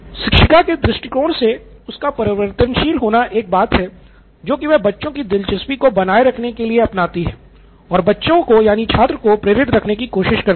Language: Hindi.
शिक्षिका के दृष्टिकोण से उसका परिवर्तनशील होना एक बात है जो कि वह बच्चे की दिलचस्पी को बनाए रखने के लिए अपनाती है और बच्चे को यानि छात्र को प्रेरित रखने की कोशिश करती है